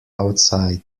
outside